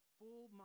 full